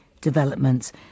developments